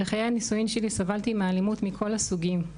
בחיי הנישואים שלי סבלתי מאלימות מכל הסוגים,